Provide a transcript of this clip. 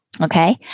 okay